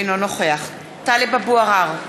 אינו נוכח טלב אבו עראר,